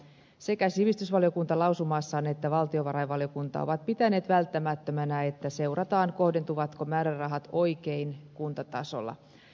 sekä sivistysvaliokunta lausumassaan että valtiovarainvaliokunta ovat pitäneet välttämättömänä että seurataan kohdentuvatko määrärahat oikein kuntatasolla